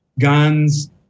guns